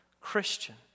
Christian